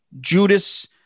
Judas